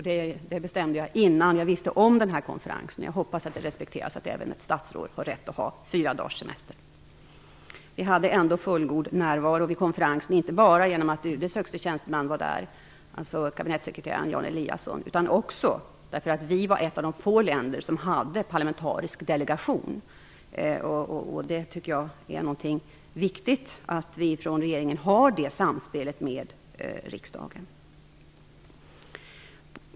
Det bestämde jag innan jag visste om konferensen. Jag hoppas det respekteras att även ett statsråd har rätt att ha fyra dagars semester. Vi hade ändå fullgod närvaro vid konferensen, inte bara genom att UD:s högste tjänsteman - alltså kabinettssekreterare Jan Eliasson - var där, utan också genom att vi var ett av de få länder som hade en parlamentarisk delegation. Jag tycker det är viktigt att vi i regeringen har det samspelet med riksdagen.